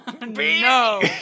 No